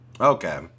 okay